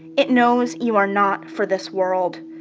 it knows you are not for this world.